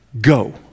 go